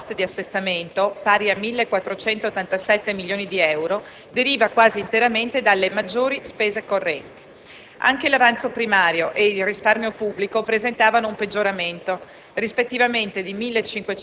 mentre quella relativa alle proposte di assestamento, pari a 1.487 milioni di euro, deriva quasi interamente dalle maggiori spese correnti. Anche l'avanzo primario e il risparmio pubblico presentavano un peggioramento,